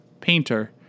painter